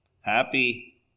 happy